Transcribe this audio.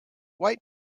white